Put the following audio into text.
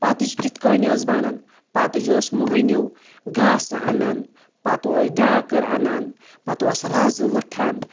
پَتٕج کِتھ کَنۍ ٲس بَنَن پَتٕج ٲس مٔہنیوٗ گاسہٕ اَنان پَتہٕ اوس ڈاکٕر اَنان پَتہٕ اوس رَزٕ وٕٹھان